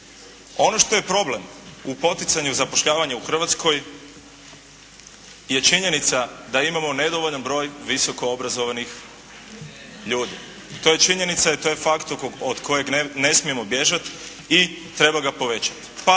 Ono što je problem u poticanju zapošljavanja u Hrvatskoj je činjenica da imamo nedovoljan broj visoko obrazovanih ljudi. To je činjenica i to je fakt od kojeg ne smijemo bježati i treba ga povećati,